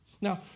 Now